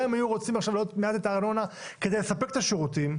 גם אם הם היו רוצים להעלות את הארנונה כדי לספק את השירותים,